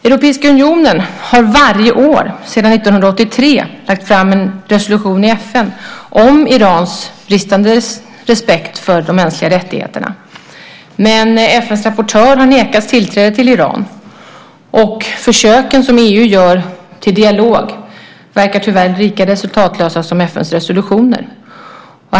Europeiska unionen har varje år sedan 1983 lagt fram en resolution i FN om Irans bristande respekt för de mänskliga rättigheterna. Men FN:s rapportör har nekats tillträde till Iran, och de försök till dialog som EU gör verkar tyvärr lika resultatlösa som FN:s resolutioner.